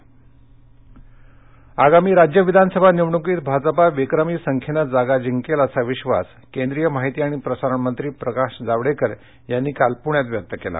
जावडेकर आगामी राज्य विधानसभा निवडणुकीत भाजपा विक्रमी संख्येनं जागा जिंकेल असा विश्वास केंद्रीय माहिती आणि प्रसारण मंत्री प्रकाश जावडेकर यांनी काल पुण्यात व्यक्त केला